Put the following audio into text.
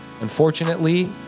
unfortunately